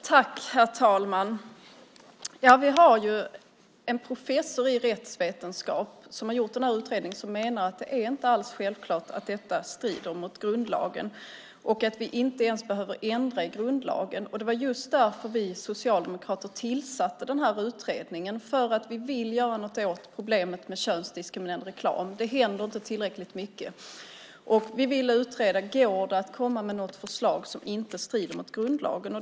Herr talman! Vi har en professor i rättsvetenskap som har gjort utredningen som menar att det inte alls är självklart att detta strider mot grundlagen och att vi inte ens behöver ändra i grundlagen. Det var just därför som vi socialdemokrater tillsatte utredningen. Vi vill göra någonting åt problemet med könsdiskriminerande reklam. Det händer inte tillräckligt mycket. Vi vill utreda om det går att komma med något förslag som inte strider mot grundlagen.